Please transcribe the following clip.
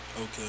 Okay